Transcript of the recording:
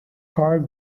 choir